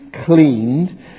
cleaned